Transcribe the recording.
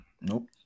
Nope